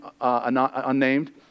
unnamed